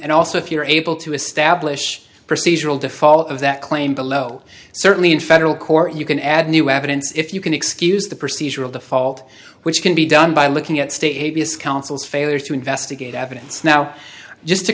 and also if you're able to establish a procedural default of that claim below certainly in federal court you can add new evidence if you can excuse the procedural default which can be done by looking at status counsel's failure to investigate evidence now just to